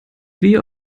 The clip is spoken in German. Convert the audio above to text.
wie